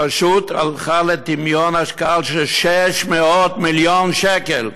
פשוט ירדה לטמיון השקעה של 600 מיליון שקל.